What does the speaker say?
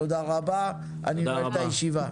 תודה רבה, אני נועל את הישיבה.